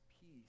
peace